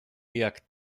jak